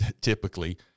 typically